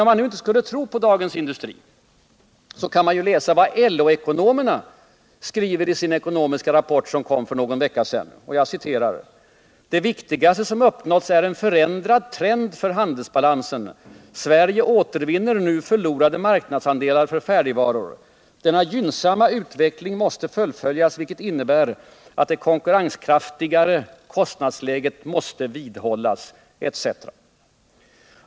Om man nu inte skulle tro på Dagens Industri kan man läsa vad LO ekonomerna skrev i sin rapport, som kom för någon vecka sedan: ”Det viktigaste som uppnåtts är en förändrad trend för handelsbalansen. Sverige återvinner nu förlorade marknadsandelar för färdigvaror. Denna gynnsammare utveckling måste fullföljas, vilket innebär att det konkurrenskraftiga kostnadsläget måste vidmakthållas.” Osv.